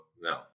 No